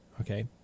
Okay